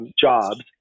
jobs